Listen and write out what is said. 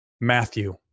Matthew